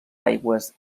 aigües